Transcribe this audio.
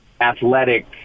athletic